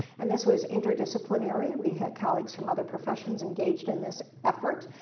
and this was interdisciplinary. we had colleagues from other professions engaged in this effort.